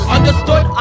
Understood